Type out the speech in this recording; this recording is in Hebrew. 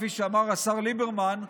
כפי שאמר השר ליברמן,